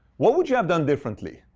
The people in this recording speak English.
what would you have done differently?